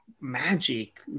magic